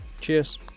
cheers